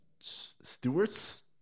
Stewards